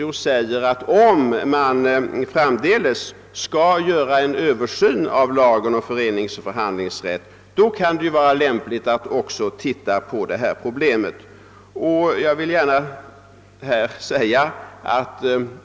Om det framdeles skulle ske en översyn av lagen om föreningsoch förhandlingsrätt, kunde det emellertid vara lämpligt att också ta upp det här problemet.